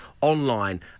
online